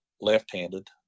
left-handed